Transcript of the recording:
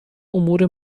امور